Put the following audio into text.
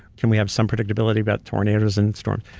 can we have some predictability about tornadoes and storms,